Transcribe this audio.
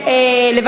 תודה, חבר הכנסת זאב.